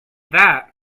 that